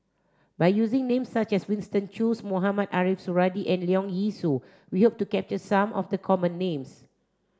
by using names such as Winston Choos Mohamed Ariff Suradi and Leong Yee Soo we hope to capture some of the common names